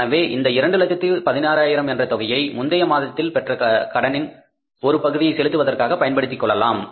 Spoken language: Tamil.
எனவே இந்த இரண்டு லட்சத்து 16 ஆயிரம் என்ற தொகையை முந்தைய மாதத்தில் பெற்ற கடனின் ஒரு பகுதியை செலுத்துவதற்கு பயன்படுத்திக் கொள்ளலாம்